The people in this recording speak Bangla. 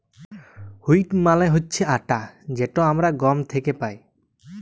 হুইট মালে হছে আটা যেট আমরা গহম থ্যাকে পাই